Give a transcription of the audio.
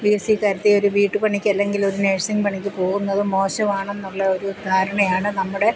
ബിഎസ്സിക്കാരത്തി ഒരു വീട്ടുപണിക്ക് അല്ലെങ്കിൽ ഒരു നേഴ്സിംഗ് പണിക്ക് പോകുന്നതും മോശമാണെന്നുള്ള ഒരു ധാരണയാണ് നമ്മുടെ